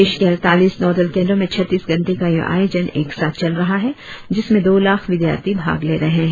देश के अड़तालीस नोडल केंद्रो में छत्तीस घंटे का यह आयोजन एक साथ चल रहा है जिसमें दो लाख विद्यार्थी भाग ले रहे है